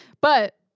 But-